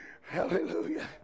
Hallelujah